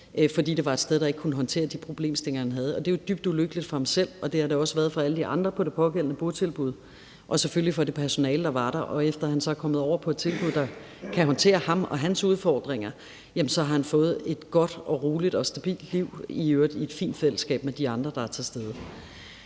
fordi det var et sted, der ikke kunne håndtere de problemstillinger, han havde. Det er jo dybt ulykkeligt for ham selv, og det har det også været for alle de andre på det pågældende botilbud, selvfølgelig også for det personale, der var der. Efter han så er kommet over på et tilbud, der kan håndtere ham og hans udfordringer, har han fået et godt, roligt og stabilt liv, i øvrigt i et fint fællesskab med de andre, der er til stede.